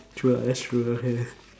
true lah that's true okay